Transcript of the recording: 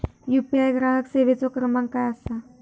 UPI ग्राहक सेवेचो क्रमांक काय असा?